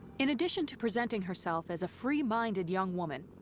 in addition to presenting herself as a free minded young woman,